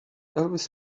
elvis